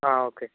okay sir